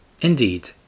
Indeed